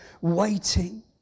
Waiting